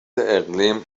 اقلیم